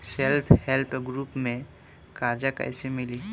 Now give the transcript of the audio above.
Self help group से कर्जा कईसे मिली?